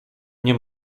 nie